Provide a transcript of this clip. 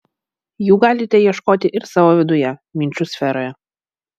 jų galite ieškoti ir savo viduje minčių sferoje